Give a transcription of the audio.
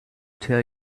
tell